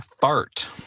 Fart